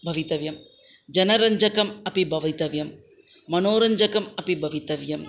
भवितव्यं जनरञ्जकम् अपि भवितव्यं मनोरञ्जकम् अपि भवितव्यम्